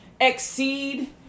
exceed